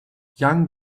young